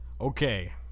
Okay